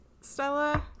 stella